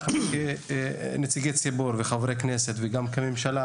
אנחנו כנציגי ציבור וחברי כנסת וגם כממשלה